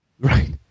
Right